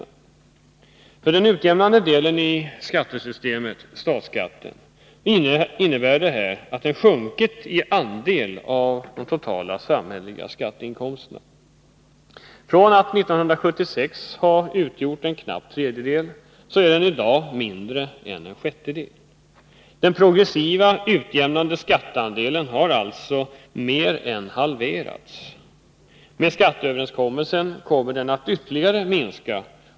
Detta innebär att den utjämnande delen i skattesystemet, statsskatten, har sjunkit i andel av de totala samhälleliga skatteinkomsterna. Från att 1976 ha utgjort en knapp tredjedel är den i dag mindre än en sjättedel. Den progressiva utjämnande skatteandelen har alltså mer än halverats. Med skatteöverenskommelsen kommer den att ytterligare minska.